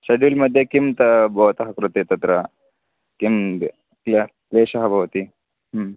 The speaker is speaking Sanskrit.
षेड्युल् मघ्ये किं त्वं भवतः कृते तत्र किं कः क्लेशः भवति ह्म्